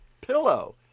pillow